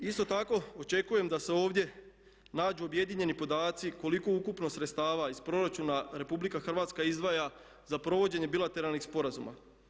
Isto tako očekujem da se ovdje nađu objedinjeni podaci koliko ukupno sredstava iz proračuna RH izdvaja za provođenje bilateralnih sporazuma.